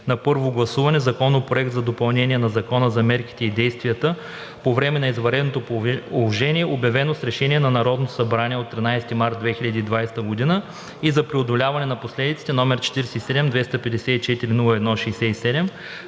на първо гласуване Законопроект за допълнение на Закона за мерките и действията по време на извънредното положение, обявено с Решение на Народното събрание от 13 март 2020 г., и за преодоляване на последиците, № 47-254-01-67,